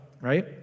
right